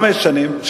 חמש שנים,